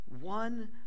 one